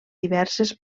diverses